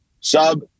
sub